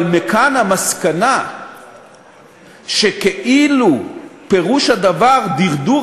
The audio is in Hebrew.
אבל מכאן המסקנה שכאילו פירוש הדבר דרדור